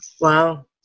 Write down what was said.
Wow